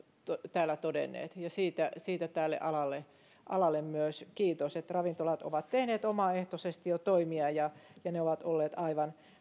täällä todenneet ja siitä siitä tälle alalle alalle myös kiitos ravintolat ovat tehneet jo omaehtoisesti toimia ja ne ovat olleet aivan